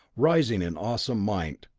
rising in awesome might.